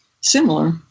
similar